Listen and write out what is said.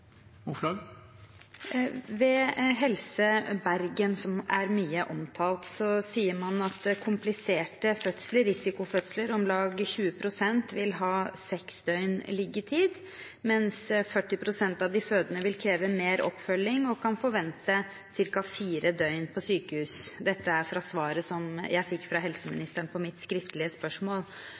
Ved Helse Bergen, som er mye omtalt, sier man at kompliserte fødsler/risikofødsler – om lag 20 pst. – vil ha seks døgn liggetid, mens 40 pst. av de fødende vil kreve mer oppfølging og kan forvente ca. fire døgn på sykehus. Dette er fra svaret som jeg fikk fra helseministeren på mitt skriftlige spørsmål.